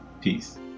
Peace